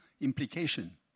implication